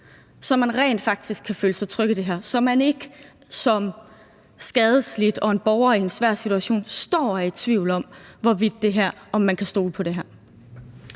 så man rent faktisk kan føle sig tryg i det her, så man ikke som skadelidt og som borger i en svær situation står og er i tvivl om, hvorvidt man kan stole på det her.